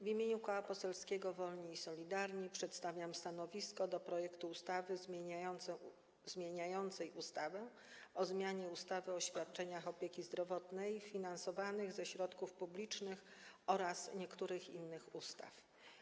W imieniu Koła Poselskiego Wolni i Solidarni przedstawiam stanowisko wobec projektu ustawy zmieniającej ustawę o zmianie ustawy o świadczeniach opieki zdrowotnej finansowanych ze środków publicznych oraz niektórych innych ustaw.